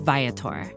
Viator